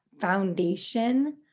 foundation